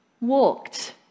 walked